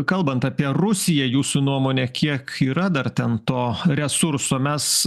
kalbant apie rusiją jūsų nuomone kiek yra dar ten to resurso mes